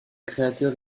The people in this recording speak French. créateur